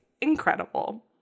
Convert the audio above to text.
incredible